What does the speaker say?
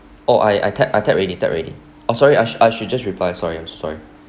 oh I I tap I tap already tap already I'm sorry I should I should just reply sorry I'm so sorry